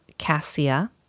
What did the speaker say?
Cassia